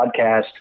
podcast